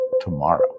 tomorrow